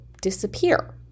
disappear